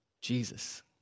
jesus